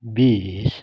बिस